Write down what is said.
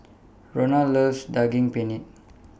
Rona loves Daging Penyet